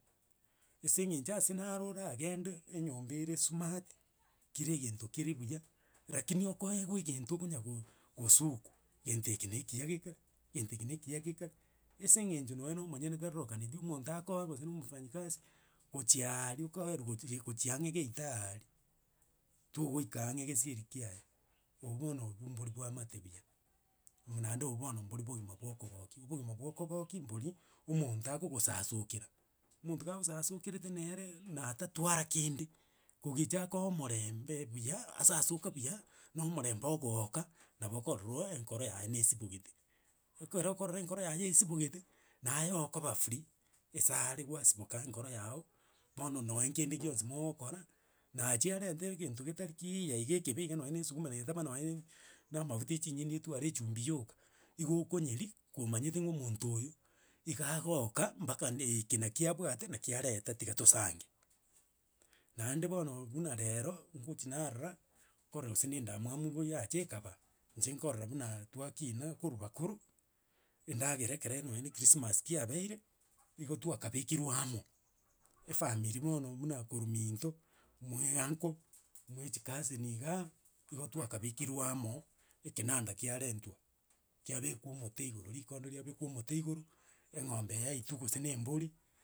Ase eng'encho ase naro oragende, enyomba ere smart kera egento kere buya, rakini okoewa egento okonyago gosoku, gento eke na ekiya gekare, egento eke na ekiya gekare. Ase eng'encho nonya na omonyene tarorokanetie, omonto akoe gose na omofanyikasi gochii aaria, okoerwa gochi gochi ang'e geita aaria, togoika ang'e gesieri kiaye. Obwo bono obwo mbori bwamate buya mh naende obwo bono mbori bogima bwa okogokia. Obogima bwa okogokia, mboria, omonto akogosasokera omonto kagosasokerete neere, natatwara kende, kogicha akoe omorembe buya, asasoka buya, na omorembe ogooka, nabo okorora oyo enkoro yaye nesibogete. ekero okorora enkoro yaye esibogete, naaye okoba free, esa are gwasimoka engoro yago, bono nonye kende gionsi mogokora, nachia arente egento getari kiiiya iga ekebe nonye na esuguma netaba nonye na na amabuta ya echinyeni etware echumbi yoka, igo okonyeria komanyete ng'a omonto oyo, iga agoka mpaka eke naki abwate, naki areta, tiga tosange. Naende bono buna rero, ngochi narora, nkorora gose na endamwamu boyo yaacha ekaba, inche nkorora buna twakina korwa bakoru, endagera ekero nonye na ekrismasi kiabeire, igo twakabekirwe amo, efamiri bono buna korwa minto, mwa euncle, mwa echicousin igaa igo twakabekirwu amo, ekenanda kiarentwa, kiabekwa omote igoro, rikondo riabekwa omote igoro, eng'ombe yaitwa gose na embori.